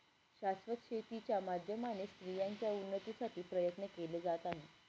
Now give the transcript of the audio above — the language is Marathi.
शाश्वत शेती च्या माध्यमाने स्त्रियांच्या उन्नतीसाठी प्रयत्न केले जात आहे